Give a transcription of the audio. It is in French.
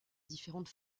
différentes